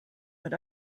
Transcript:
but